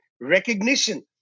recognition